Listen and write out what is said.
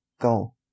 go